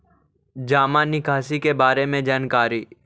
जामा निकासी के बारे में जानकारी?